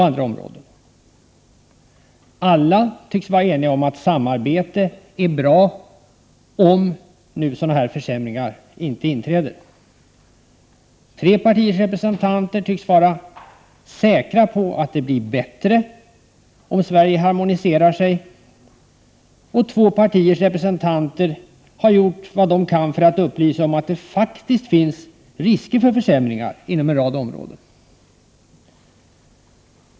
Alla tycks dessutom vara eniga om att samarbete är bra om det inte leder till att sådana försämringar inträder. Tre partiers representanter tycks vara säkra på att det blir bättre om Sverige harmoniserar sig med EG. Två partiers representanter har gjort vad de kan för att upplysa om att det faktiskt finns risker för försämringar inom en rad områden.